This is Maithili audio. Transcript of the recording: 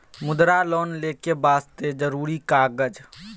मुद्रा लोन लेके वास्ते जरुरी कागज?